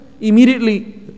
immediately